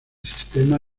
sistema